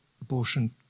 abortion